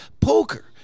poker